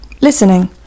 Listening